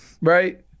Right